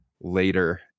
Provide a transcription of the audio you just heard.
later